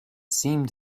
seemed